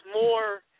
more